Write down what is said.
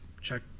check